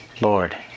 Lord